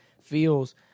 feels